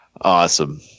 Awesome